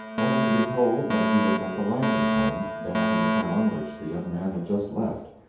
only to be told that he was at the langdon home, down in the town which the young man had just left.